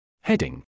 Heading